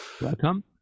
Welcome